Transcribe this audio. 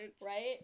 Right